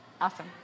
Awesome